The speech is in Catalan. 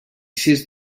sis